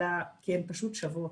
אלא כי הן פשוט שוות.